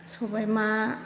सबायमा